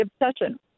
obsession